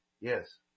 Yes